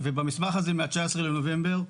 במסמך הזה מה-19 בנובמבר,